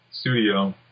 studio